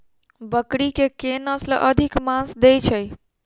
बकरी केँ के नस्ल अधिक मांस दैय छैय?